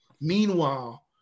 Meanwhile